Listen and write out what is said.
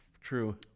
True